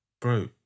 bro